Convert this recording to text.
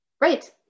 Right